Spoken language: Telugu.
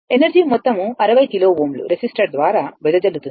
ఎనర్జీ మొత్తం 60 కిలో Ω రెసిస్టర్ ద్వారా వెదజల్లుతుంది